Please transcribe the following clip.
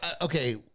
okay